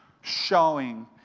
showing